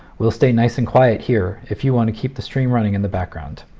we'll stay nice and quiet here if you want to keep the stream running in the background.